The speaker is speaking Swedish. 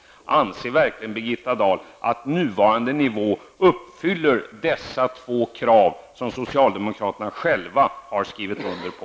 Anser verkligen Birgitta Dahl att nuvarande nivå uppfyller dessa två krav, som socialdemokraterna själva har skrivit under på?